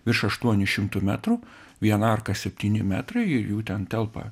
virš aštuonių šimtų metrų viena arka septyni metrai ir jų ten telpa